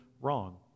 wrong